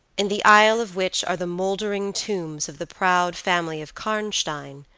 in the aisle of which are the moldering tombs of the proud family of karnstein,